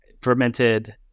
Fermented